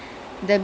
okay